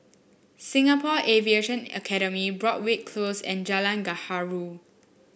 Singapore Aviation Academy Broadrick Close and Jalan Gaharu